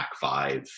five